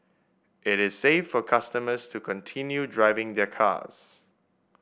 it is safe for customers to continue driving their cars